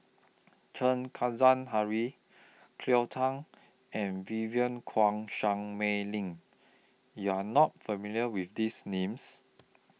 Chen Kezhan Henri Cleo Thang and Vivien Quahe Seah Mei Lin YOU Are not familiar with These Names